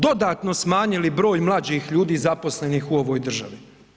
Dodatno smanjili broj mlađih ljudi zaposlenih u ovoj državi.